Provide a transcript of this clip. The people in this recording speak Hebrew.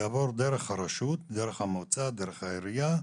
יעבור דרך הרשות, דרך המועצה, דרך העירייה,